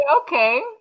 okay